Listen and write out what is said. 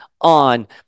on